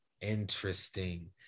interesting